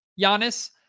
Giannis